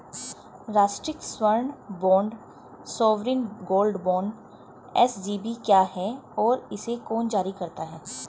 राष्ट्रिक स्वर्ण bond sovereign gold bond SGB क्या है और इसे कौन जारी करता है?